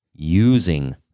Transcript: using